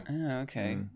Okay